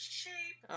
shape